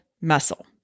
muscle